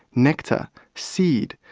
nectar, seed,